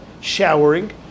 showering